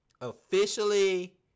officially